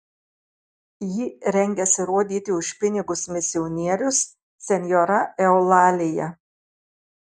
jį rengiasi rodyti už pinigus misionierius senjora eulalija